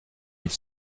ils